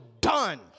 done